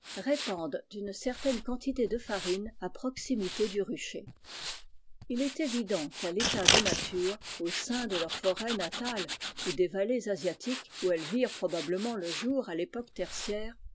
répandent une certaine quantité de farine à proximité du rucher est évident qu'à l'état de nature au sein de leurs forêts natales ou des vallées asiatiques où elles virent probablement le jour à l'époque tertiaire